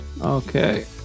Okay